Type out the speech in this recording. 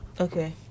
Okay